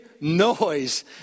noise